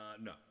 No